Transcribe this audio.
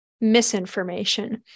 misinformation